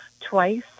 twice